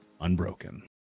unbroken